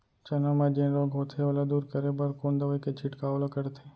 चना म जेन रोग होथे ओला दूर करे बर कोन दवई के छिड़काव ल करथे?